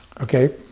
Okay